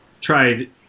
tried